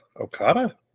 Okada